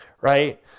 Right